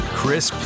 Chris